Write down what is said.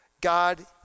God